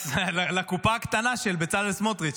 לקופה הקטנה של בצלאל סמוטריץ'.